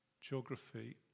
geography